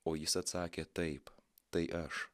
o jis atsakė taip tai aš